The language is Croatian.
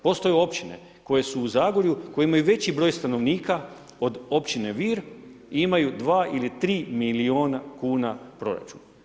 Postoje općine koje su u Zagorju, koje imaju veći broj stanovnika od općine Vir i imaju 2 ili 3 milijuna kuna proračuna.